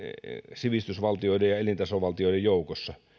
sivistysvaltioiden ja elintasovaltioiden joukossa